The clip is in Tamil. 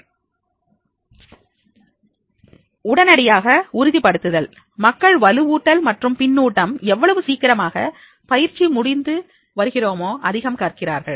உடனடியாக உறுதிப்படுத்துதல் மக்கள் வலுவூட்டல் மற்றும் பின்னூட்டம் எவ்வளவு சீக்கிரமாக பயிற்சி முடிந்து வருகிறோமோ அதிகம் கற்கிறார்கள்